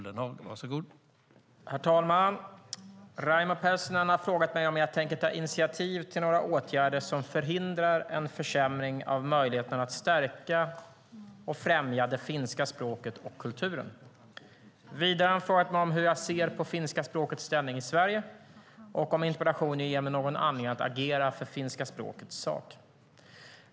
Herr talman! Raimo Pärssinen har frågat mig om jag tänker ta initiativ till några åtgärder som förhindrar en försämring av möjligheterna att stärka och främja finska språket och kulturen. Vidare har han frågat mig om hur jag ser på finska språkets ställning i Sverige och om interpellationen ger mig någon anledning att agera för finska språkets sak.